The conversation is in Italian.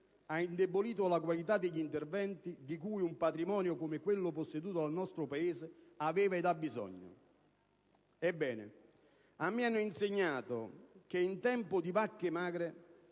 ha indebolito la qualità degli interventi di cui un patrimonio come quello posseduto dal nostro Paese aveva ed ha bisogno. Ebbene, a me hanno insegnato che in tempo di vacche magre